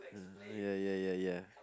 uh ya ya ya ya